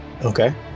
Okay